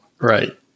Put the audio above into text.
Right